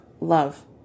love